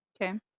Okay